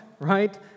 right